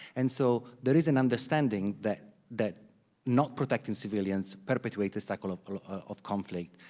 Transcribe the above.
and so there is an understanding that that not protecting civilians perpetuates the cycle of of conflict,